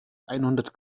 einhundert